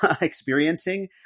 experiencing